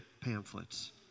pamphlets